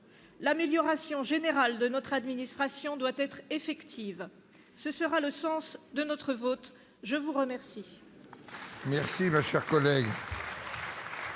L'amélioration générale de notre administration doit être effective. Ce sera le sens de notre vote. La parole